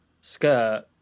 skirt